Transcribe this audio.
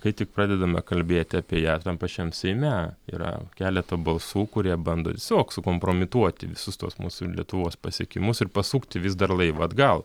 kai tik pradedame kalbėti apie ją tam pačiam seime yra keleta balsų kurie bando tiesiog sukompromituoti visus tuos mūsų lietuvos pasiekimus ir pasukti vis dar laivą atgal